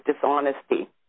dishonesty